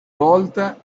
volta